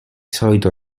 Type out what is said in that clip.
solito